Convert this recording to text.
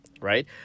right